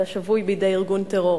אלא שבוי בידי ארגון טרור.